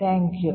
നന്ദി